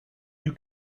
you